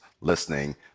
listening